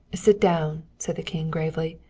sit down, said the king gravely.